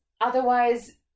otherwise